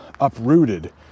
uprooted